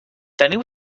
teniu